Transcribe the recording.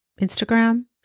Instagram